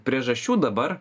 priežasčių dabar